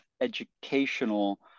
educational